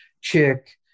chick